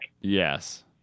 Yes